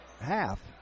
half